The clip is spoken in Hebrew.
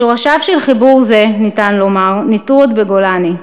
שורשיו של חיבור זה, ניתן לומר, ניטעו עוד בגולני.